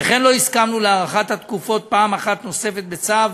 וכן לא הסכמנו להארכת התקופות פעם אחת נוספת בצו